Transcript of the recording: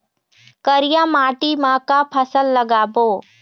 करिया माटी म का फसल लगाबो?